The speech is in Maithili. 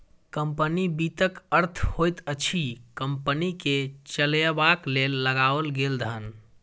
कम्पनी वित्तक अर्थ होइत अछि कम्पनी के चलयबाक लेल लगाओल गेल धन